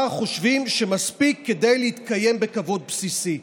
חושבים שמספיק כדי להתקיים בכבוד בסיסי.